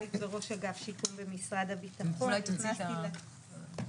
(הצגת שקופיות)